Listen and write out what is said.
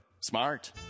Smart